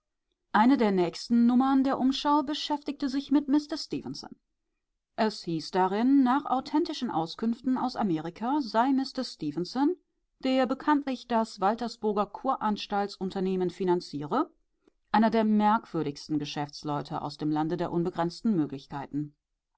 eine der nächsten nummern der umschau beschäftigte sich mit mister stefenson es hieß darin nach authentischen auskünften aus amerika sei mister stefenson der bekanntlich das waltersburger kuranstalts unternehmen finanziere einer der merkwürdigsten geschäftsleute aus dem lande der unbegrenzten möglichkeiten